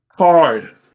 hard